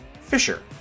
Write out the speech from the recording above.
Fisher